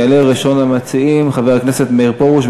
יעלה ראשון המציעים, חבר הכנסת מאיר פרוש.